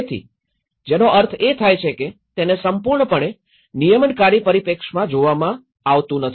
તેથી જેનો અર્થ એ થાય કે તેને સંપૂર્ણપણે નિયમનકારી પરિપ્રેક્ષ્યમાં જોવામાં આવતું નથી